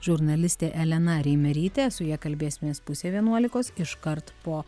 žurnalistė elena reimerytė su ja kalbėsimės pusė vienuolikos iškart po